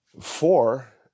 Four